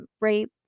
rape